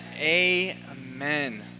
Amen